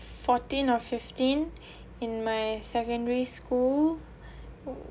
fourteen or fifteen in my secondary school